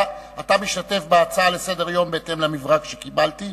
אתה משתתף בהצעה לסדר-היום בהתאם למברק שקיבלתי.